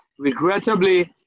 Regrettably